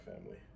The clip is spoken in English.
family